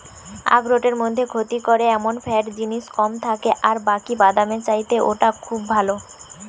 আখরোটের মধ্যে ক্ষতি করে এমন ফ্যাট জিনিস কম থাকে আর বাকি বাদামের চাইতে ওটা খুব ভালো